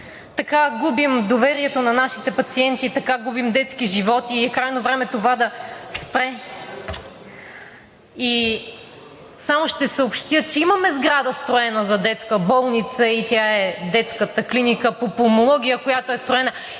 Така губим доверието на нашите пациенти, така губим детски животи и е крайно време това да спре! Само ще съобщя, че имаме сграда, строена за детска болница, и тя е Детската клиника по пулмология, която е строена